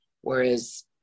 Whereas